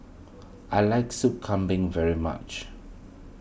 I like Sop Kambing very much